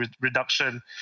reduction